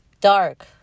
dark